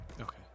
Okay